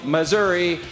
Missouri